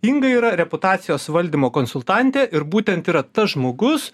inga yra reputacijos valdymo konsultantė ir būtent yra tas žmogus